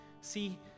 See